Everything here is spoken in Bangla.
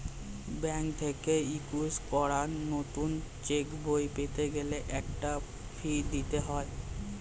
ব্যাংক থেকে ইস্যু করা নতুন চেকবই পেতে গেলে একটা ফি দিতে হয়